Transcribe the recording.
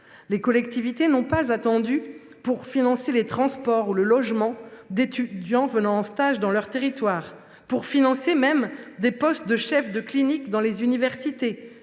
Les collectivités n’ont pas attendu pour financer les dépenses de transport ou de logement d’étudiants venant en stage dans leur territoire, ni même pour financer des postes de chefs de clinique dans les universités,